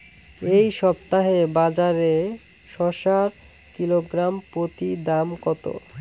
এই সপ্তাহে বাজারে শসার কিলোগ্রাম প্রতি দাম কত?